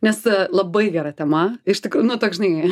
nes labai gera tema iš tikr nu toks žinai